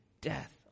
death